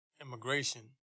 immigration